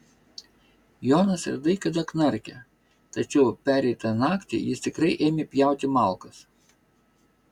jonas retai kada knarkia tačiau pereitą naktį jis tikrai ėmė pjauti malkas